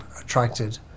attracted